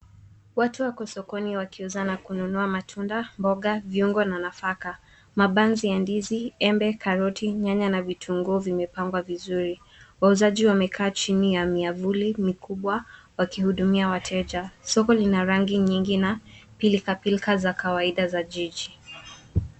Watu wako sokoni, wakiuza na kununua matunda, mboga, viungo, na nafaka. Mapazi ya ndizi, embe, karoti, nyanya na vitunguu vimepangwa vizuri. Wauzaji wamekaa chini ya miavuli mikubwa, wakihudumia wateja. Soko lina rangi nyingi na pilika pilika za na za jiji.